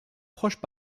proches